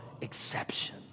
exception